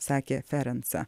sakė ferenca